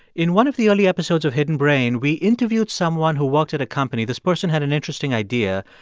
in one of the early episodes of hidden brain, we interviewed someone who worked at a company. this person had an interesting idea.